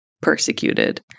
persecuted